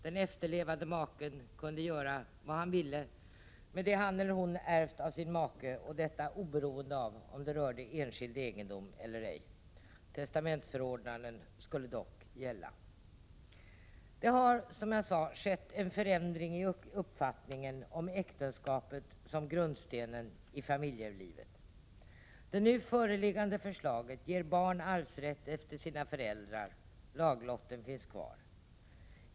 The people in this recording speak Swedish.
Den efterlevande maken kunde göra vad han ville med det han eller hon ärvt av sin make och detta oberoende av om det rörde enskild egendom eller ej. Testamentsförordnanden skulle dock gälla. Det har, som jag sade, skett en förändring i uppfattningen om äktenskapet som grundstenen i familjelivet. Det nu föreliggande förslaget ger barn arvsrätt efter sina föräldrar. Laglotten finns kvar.